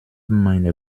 meiner